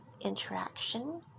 interaction